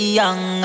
young